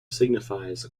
signifies